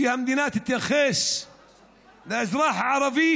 שהמדינה תתייחס לאזרח הערבי